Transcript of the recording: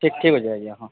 ଠିକ ଠିକ ଆଜ୍ଞା ହଁ